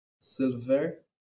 silver